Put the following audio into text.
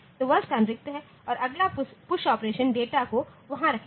तो वह स्थान रिक्त है और अगला पुश ऑपरेशन डेटा को वहां रखेगा